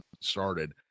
started